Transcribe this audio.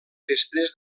després